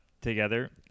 together